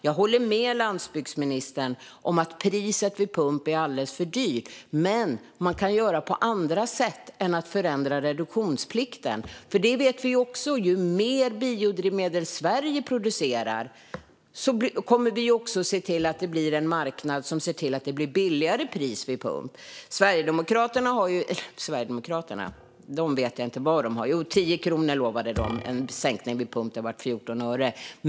Jag håller med landsbygdsministern om att priset vid pump är alldeles för högt. Men man kan förändra det på andra sätt än genom att ändra reduktionsplikten. Vi vet ju att om Sverige producerar mer biodrivmedel kommer vi också att se till att det blir en marknad där priset blir lägre vid pump. Jag vet inte vad Sverigedemokraterna har lovat. Jo, de lovade en sänkning vid pump på 10 kronor. Det blev 14 öre.